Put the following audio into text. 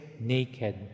Naked